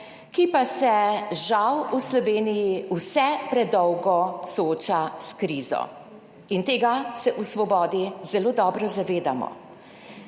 ki pa se žal v Sloveniji vse predolgo sooča s krizo. In tega se v Svobodi zelo dobro zavedamo,